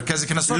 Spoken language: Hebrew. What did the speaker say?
מרכז הקנסות.